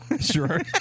Sure